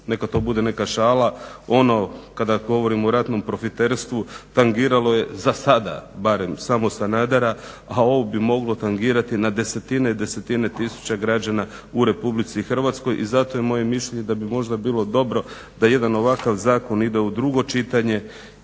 neka to bude neka šala, ono kada govorim o ratnom profiterstvu tangiralo je zasada barem samo Sanadera, a ovo bi moglo tangirati na desetine i desetine tisuća građana u RH i zato je moje mišljenje da bi možda bilo dobro da jedan ovakav zakon ide u drugo čitanje